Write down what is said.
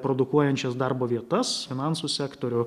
produkuojančias darbo vietas finansų sektorių